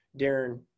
Darren